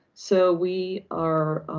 so we are,